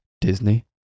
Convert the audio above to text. Disney